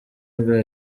bwa